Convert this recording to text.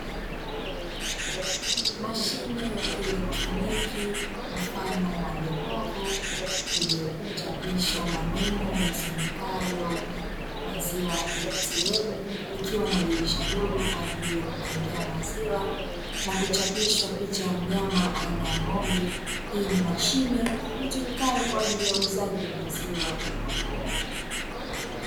Mashine ya kielektroniki mfano wa jokofu iliyochapishwa maneno yasomekayo “maziwa ATM.” Ikiwa na dirisha dogo kwa ajili ya kukikingia maziwa, na kuchapishwa picha ya mnyama aina ya ng’ombe. Hii ni mashine itumikayo kwa ajili ya uuzaji wa maziwa.